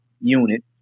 unit